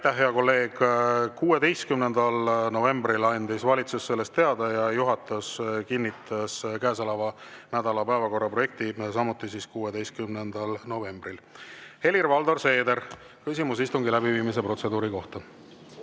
hea kolleeg! 16. novembril andis valitsus sellest teada ja juhatus kinnitas käesoleva nädala päevakorra projekti samuti 16. novembril. Helir-Valdor Seeder, küsimus istungi läbiviimise protseduuri kohta.